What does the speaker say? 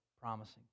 promising